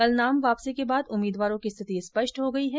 कल नाम वापसी के बाद उम्मीदवारों की स्थिति स्पष्ट हो गई है